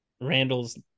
Randall's